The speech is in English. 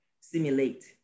simulate